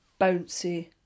bouncy